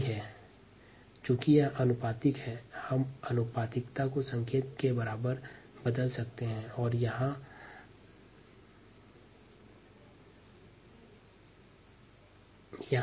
rd और xv आपस में समानुपाती है